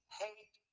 hate